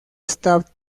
esta